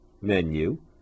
menu